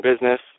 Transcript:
business